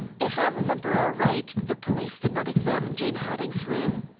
if i remember aright the police did not examine jane harding's room.